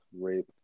Rape